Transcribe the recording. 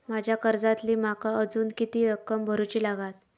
माझ्या कर्जातली माका अजून किती रक्कम भरुची लागात?